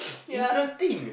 interesting